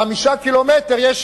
ש-5 קילומטרים מהם יש